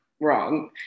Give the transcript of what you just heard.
wrong